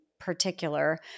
Particular